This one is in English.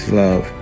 love